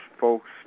folks